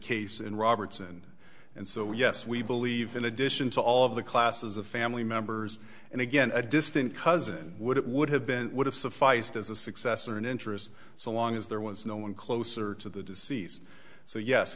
case in robertson and so yes we believe in addition to all of the classes of family members and again a distant cousin would it would have been would have sufficed as a successor in interest so long as there was no one closer to the disease so yes